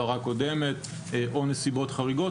הפרה קודמת או נסיבות חריגות.